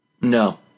No